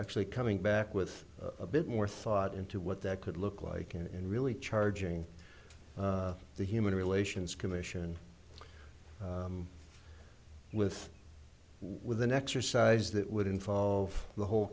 actually coming back with a bit more thought into what that could look like and really charging the human relations commission with with an exercise that would involve the whole